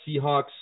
Seahawks